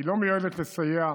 היא לא מיועדת לסייע,